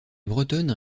bretonnes